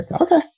okay